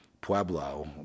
Pueblo